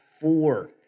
four